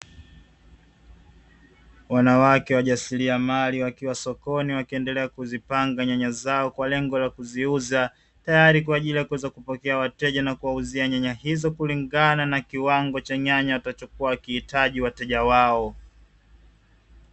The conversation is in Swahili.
Wanawake wajasiriamali wakiwa sokoni wakiendelea kuzipanga nyanya zao kwa lengo la kuziuza, tayari kwa ajili ya kuweza kupokea wateja na kuwauzia nyanya hizo kulingana na kiwango cha nyanya yatachokua wakihitaji wateja wao.